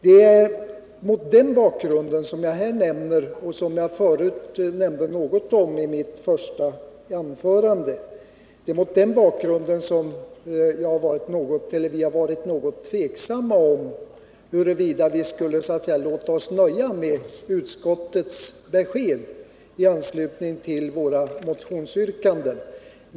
Det är mot denna bakgrund, som jag också nämnde något om i mitt första anförande, som vi har varit litet tveksamma om huruvida vi skulle låta oss nöja med utskottets besked i anslutning till våra motionsyrkanden.